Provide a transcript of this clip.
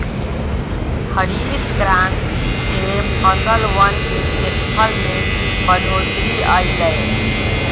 हरित क्रांति से फसलवन के क्षेत्रफल में बढ़ोतरी अई लय